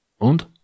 Und